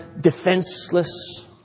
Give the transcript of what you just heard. defenseless